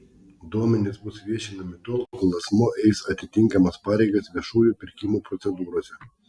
duomenys bus viešinami tol kol asmuo eis atitinkamas pareigas viešųjų pirkimų procedūrose